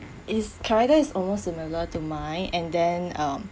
his character is almost similar to mine and then um